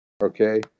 okay